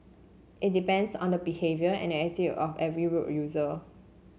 it depends on the behaviour and attitude of every road user